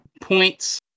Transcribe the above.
points